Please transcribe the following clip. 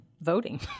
voting